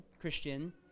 Christian